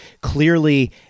Clearly